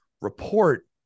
report